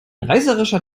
reißerischer